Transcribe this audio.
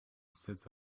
sits